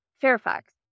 Fairfax